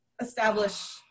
establish